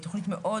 התכנית היא מאוד